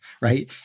right